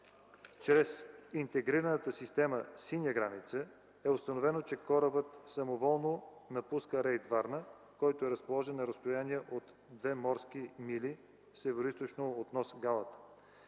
чрез Интегрираната система „Синя граница” е установено, че корабът самоволно напуска рейд – Варна, който е разположен на разстояние от две морски мили североизточно от нос Галата.